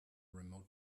remote